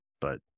but-